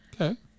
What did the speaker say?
okay